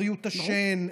בריאות השן,